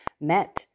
met